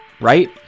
right